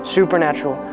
Supernatural